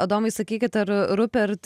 adomai sakykit ar rupert